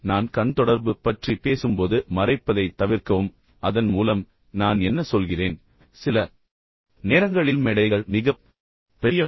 பின்னர் நான் கண் தொடர்பு பற்றி பேசும்போது மறைப்பதைத் தவிர்க்கவும் மறைப்பதைத் தவிர்ப்பதன் மூலம் நான் என்ன சொல்கிறேன் சில நேரங்களில் மேடைகள் மிகப் பெரியவை